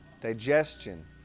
digestion